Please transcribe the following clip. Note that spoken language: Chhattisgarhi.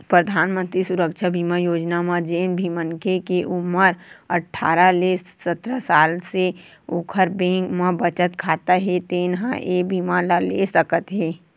परधानमंतरी सुरक्छा बीमा योजना म जेन भी मनखे के उमर अठारह ले सत्तर साल हे ओखर बैंक म बचत खाता हे तेन ह ए बीमा ल ले सकत हे